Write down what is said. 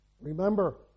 Remember